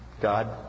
God